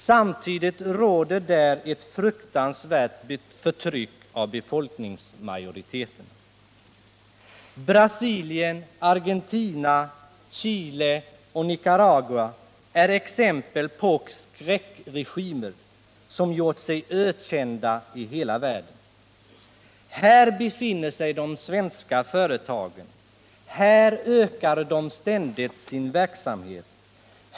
Samtidigt råder där ett fruktansvärt förtryck av befolkningsmajoriteterna. Brasilien, Argentina, Chile och Nicaragua är exempel på skräckregimer som gjort sig ökända i hela världen. Här befinner sig de svenska företagen. Här ökar de ständigt sin verksamhet.